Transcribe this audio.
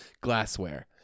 Glassware